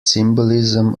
symbolism